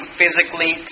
physically